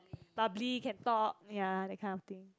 bubbly can talk ya that kind of thing